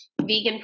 vegan